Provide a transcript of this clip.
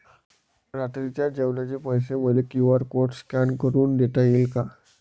रात्रीच्या जेवणाचे पैसे मले क्यू.आर कोड स्कॅन करून देता येईन का?